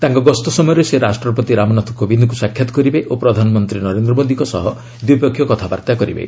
ତାଙ୍କ ଗସ୍ତ ସମୟରେ ସେ ରାଷ୍ଟ୍ରପତି ରାମନାଥ କୋବିନ୍ଦଙ୍କୁ ସାକ୍ଷାତ୍ କରିବେ ଓ ପ୍ରଧାନମନ୍ତ୍ରୀ ନରେନ୍ଦ୍ର ମୋଦିଙ୍କ ସହ ଦ୍ୱିପକ୍ଷୀୟ କଥାବାର୍ତ୍ତା କରିବେ